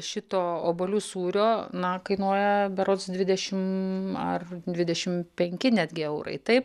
šito obuolių sūrio na kainuoja berods dvidešim ar dvidešim penki netgi eurai taip